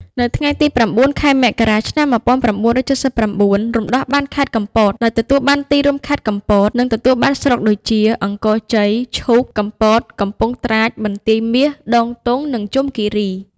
នៅថ្ងៃទី ០៩ ខែមករា ឆ្នាំ ១៩៧៩ រំដោះបានខេត្តកំពត ដោយទទួលបានទីរួមខេត្ត កំពត និងទទួលបានស្រុកដូចជា អង្គរជ័យ ឈូក កំពត កំពង់ត្រាច បន្ទាយមាស ដងទង់ និងជុំគីរី។